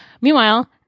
Meanwhile